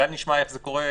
אולי נשמע איך זה קורה,